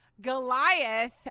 Goliath